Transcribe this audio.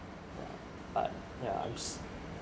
uh yeah